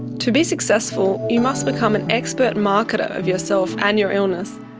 to be successful you must become an expert marketer of yourself and your illness,